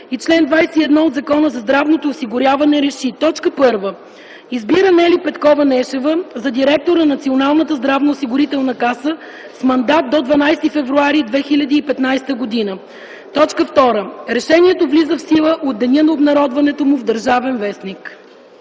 и чл. 21 от Закона за здравното осигуряване Р Е Ш И: 1. Избира Нели Петкова Нешева за директор на Националната здравноосигурителна каса с мандат до 12 февруари 2015 г. 2. Решението влиза в сила от деня на обнародването му в „Държавен вестник”.”